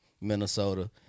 Minnesota